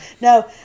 No